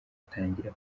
atangira